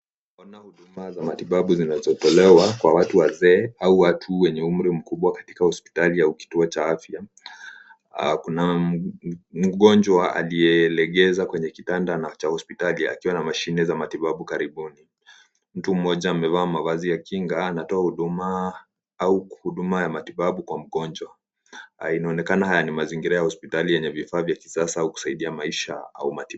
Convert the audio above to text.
Ona huduma za matibabu zinazotolewa, kwa watu wazee au watu wenye umri mkubwa katika hospitali ya kituo cha afya. Kuna mgonjwa wa aliyelegeza kwenye kitanda na cha hospitali akiwa na mashine za matibabu karibuni. Mtu mmoja amevaa mavazi ya kinga anatoa huduma au huduma ya matibabu kwa mgonjwa. Inaonekana haya ni mazingira ya hospitali yenye vifaa vya kisasa au kusaidia maisha au matibabu.